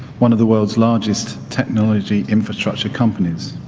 one of the world's largest technology infrastructure companies.